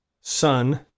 son